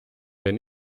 wenn